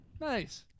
Nice